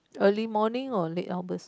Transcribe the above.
early morning or late all this